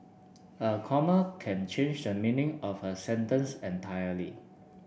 a comma can change the meaning of a sentence entirely